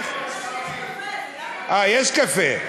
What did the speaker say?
תגיד תודה שיש קפה,